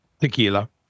tequila